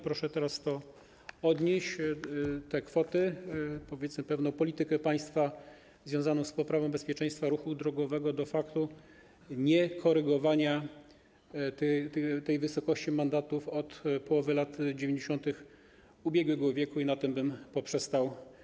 Proszę to odnieść, te kwoty, powiedzmy pewną politykę państwa związaną z poprawą bezpieczeństwa ruchu drogowego do faktu niekorygowania tej wysokości mandatów od połowy lat 90. ubiegłego wieku i na tym bym poprzestał.